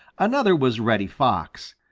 another was reddy fox.